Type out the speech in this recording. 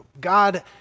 God